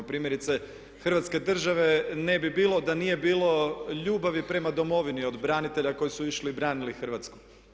Primjerice Hrvatske države ne bi bilo da nije bilo ljubavi prema Domovini od branitelja koji su išli i branili Hrvatsku.